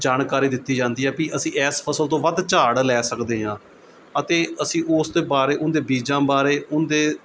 ਜਾਣਕਾਰੀ ਦਿੱਤੀ ਜਾਂਦੀ ਹੈ ਵੀ ਅਸੀਂ ਇਸ ਫਸਲ ਤੋਂ ਵੱਧ ਝਾੜ ਲੈ ਸਕਦੇ ਹਾਂ ਅਤੇ ਅਸੀਂ ਉਸ ਦੇ ਬਾਰੇ ਉਹਦੇ ਬੀਜਾਂ ਬਾਰੇ ਉਹਦੇ